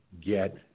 get